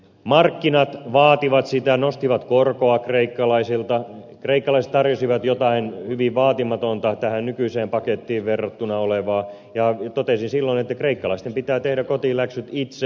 markkinat vaativat sitä nostivat korkoa kreikkalaisilta kreikkalaiset tarjosivat jotain hyvin vaatimatonta tähän nykyiseen pakettiin verrattuna ja totesin silloin että kreikkalaisten pitää tehdä kotiläksyt itse